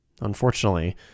Unfortunately